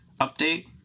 update